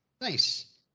Nice